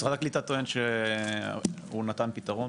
משרד הקליטה טוען שהוא נתן פתרון,